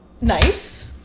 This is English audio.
Nice